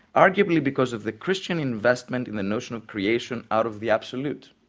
arguably because of the christian investment in the notion of creation out of the absolute.